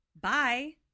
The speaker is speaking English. Bye